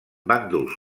bàndols